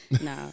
No